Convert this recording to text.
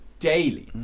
Daily